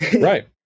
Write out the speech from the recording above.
Right